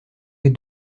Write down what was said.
les